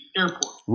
airport